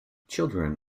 children